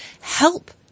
help